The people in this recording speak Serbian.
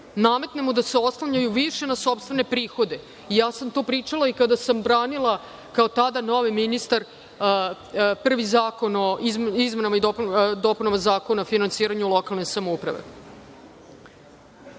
nametnemo da se oslanjaju više na sopstvene prihode i to sam pričala i kada sam branila tada kao novi ministar prvi zakon o izmenama i dopunama Zakona o finansiranju lokalne samouprave. Šta